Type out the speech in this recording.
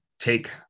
take